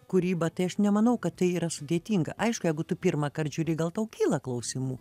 kūrybą tai aš nemanau kad tai yra sudėtinga aišku jeigu tu pirmąkart žiūri gal tau kyla klausimų